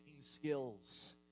skills